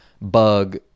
bug